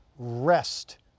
Rest